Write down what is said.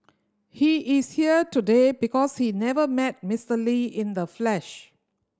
he is here today because he never met Mister Lee in the flesh